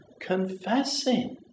confessing